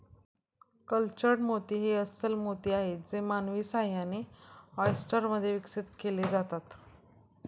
cultured मोती हे अस्स्ल मोती आहेत जे मानवी सहाय्याने, ऑयस्टर मध्ये विकसित केले जातात